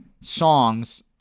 songs